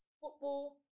football